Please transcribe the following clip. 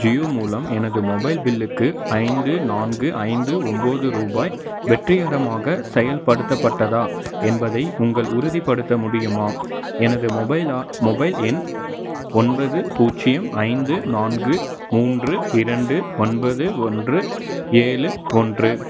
ஜியோ மூலம் எனது மொபைல் பில்லுக்கு ஐந்து நான்கு ஐந்து ஒம்பது ரூபாய் வெற்றிகரமாகச் செயல்படுத்தப்பட்டதா என்பதை உங்கள் உறுதிப்படுத்த முடியுமா எனது மொபைல் ஆ மொபைல் எண் ஒன்பது பூஜ்ஜியம் ஐந்து நான்கு மூன்று இரண்டு ஒன்பது ஒன்று ஏழு ஒன்று